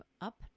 up